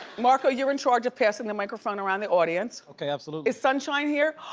marco, you're in charge of passing the microphone around the audience. okay, absolutely. is sunshine here?